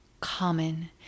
common